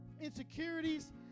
insecurities